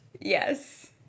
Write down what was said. Yes